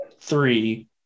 three